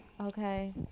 Okay